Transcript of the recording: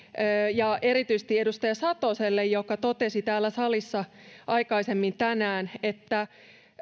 ja erityisesti edustaja satoselle joka totesi täällä salissa aikaisemmin tänään että